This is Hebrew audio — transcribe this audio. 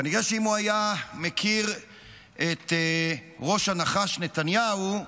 כנראה שאם הוא היה מכיר את ראש הנחש נתניהו,